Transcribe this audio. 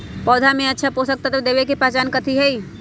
पौधा में अच्छा पोषक तत्व देवे के पहचान कथी हई?